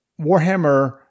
warhammer